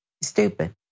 Stupid